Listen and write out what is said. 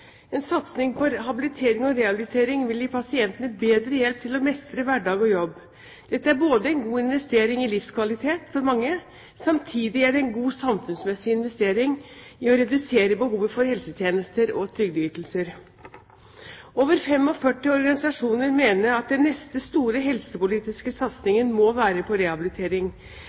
En satsing på habilitering og rehabilitering vil gi pasientene bedre hjelp til å mestre hverdag og jobb. Dette er en god investering i livskvalitet for mange, samtidig er det en god samfunnsmessig investering å redusere behovet for helsetjenester og trygdeytelser. Over 45 organisasjoner mener at den neste store helsepolitiske satsingen må være på rehabilitering.